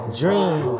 dream